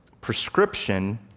prescription